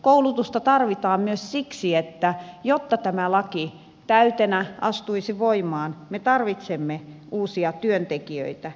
koulutusta tarvitaan myös siksi että jotta tämä laki täytenä astuisi voimaan me tarvitsemme uusia työntekijöitä